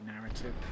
narrative